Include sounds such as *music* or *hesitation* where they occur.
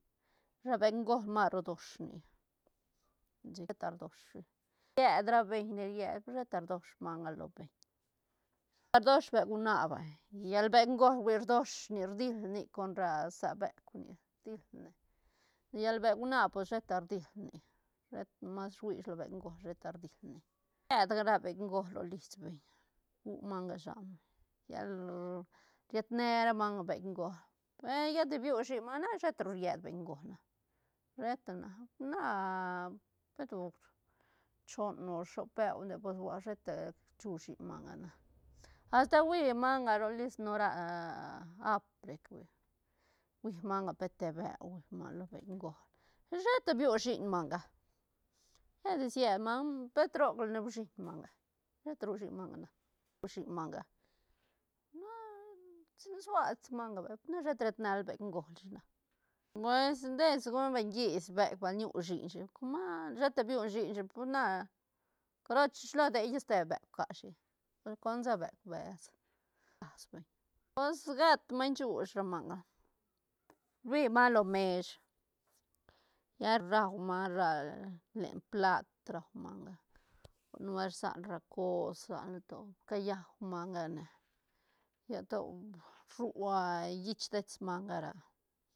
Ra beuk göl ma ru rdosh nic cheta rdosh shi ried ra beñ ni ried sheta rdosh manga lo beñ, rdosh beuk huana vay llet beuk göl hui rdosh nic rdil nic con ra sa beuk nic dilne llal buek huana pues sheta dilne nic shet mas ruishi lo beuk göl sheta dil ne ried ga ra beuk göl ro lis beñ *unintelligible* llel riet ne ra manga beuk göl per lla de biu shiñ manga na sheta ru ried beuk göl na sheta na- na pet guc choon o shop beu nde ba sua sheta chu shiñ manga na, asta hui manga ro lis nora *hesitation* ap rec hui- hui manga pet te beu hui manga lo beuk göl sheta biu shiñ manga lla de siet manga pet roc ne uisiñ manga sheta ru shiñ manga na, nu shiñ manga *hesitation* sic tis sua tis manga vay na sheta riet nal beuk göl shi na, pues te si golp beñ ngis beuk bal ñu shiñ shi coma sheta biu shiñ shi pues na caro shilo idella ste beuk ca shi bal consa beuk bes las beñ pues gat maiñ shuuch ra manga bib manga lo mesh lla rau manga ra len plat rau manga nubuelt rsan ra cos rsanla to cayau manga ne, lla to rua llich dets manga.